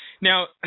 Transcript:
Now